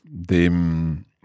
dem